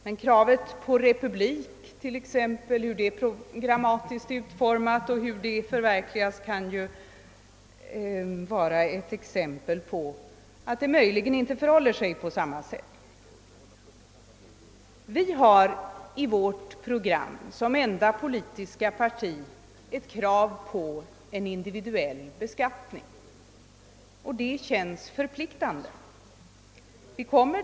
Hur kravet på republik programmatiskt är utformat och hur det skall förverkligas, kan vara ett exempel på att det möjligen inte förhåller sig på samma sätt inom det socialdemoraktiska partiet. Vi har i vårt program som enda politiska parti ett krav på individuell beskattning, och det känns förpliktande.